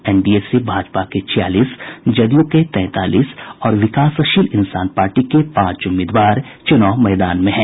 NDA से भाजपा के छियालीस जदयू के तैंतालीस और विकासशील इंसान पार्टी के पांच उम्मीदवार चुनाव मैदान में हैं